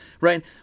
right